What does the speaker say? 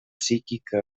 psíquica